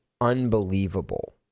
unbelievable